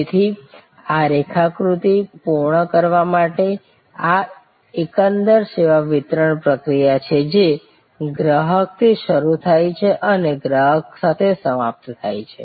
તેથી આ રેખાકૃતિ પૂર્ણ કરવા માટે આ એકંદર સેવા વિતરણ પ્રક્રિયા છે જે ગ્રાહકથી શરૂ થાય છે અને ગ્રાહક સાથે સમાપ્ત થાય છે